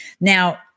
Now